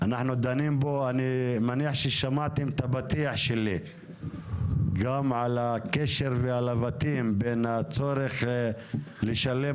אני מניח ששמעתם את הפתיח שלי על הקשר והלבטים בין הצורך לשלם